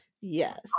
Yes